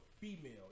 female